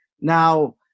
Now